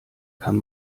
kann